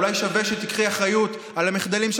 אולי שווה שתיקחי אחריות על המחדלים של